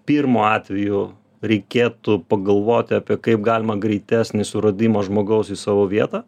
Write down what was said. pirmu atveju reikėtų pagalvoti apie kaip galima greitesnį suradimą žmogaus į savo vietą